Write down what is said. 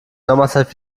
sommerzeit